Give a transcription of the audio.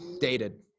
dated